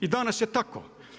I danas, je tako.